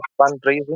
fundraising